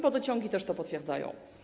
Wodociągi też to potwierdzają.